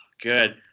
Good